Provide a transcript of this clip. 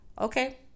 Okay